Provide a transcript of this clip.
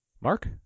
Mark